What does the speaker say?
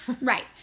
Right